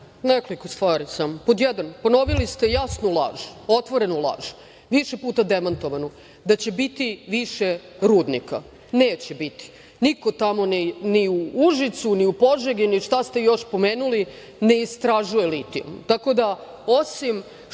Hvala. Nekoliko stvari samo. Pod jedan, ponovili ste jasnu laž, otvorenu laž, više puta demantovanu, da će biti više rudnika. Neće biti. Niko tamo ni u Užicu, ni u Požegi, ni šta ste još pomenuli, ne istražuje litiju.